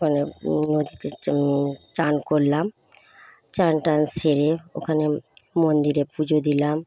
মানে নদীতে চা চান করলাম চান টান সেরে ওখানে মন্দিরে পুজো দিলাম